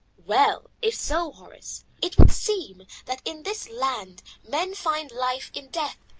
well, if so, horace, it would seem that in this land men find life in death,